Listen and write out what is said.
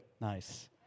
Nice